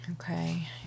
Okay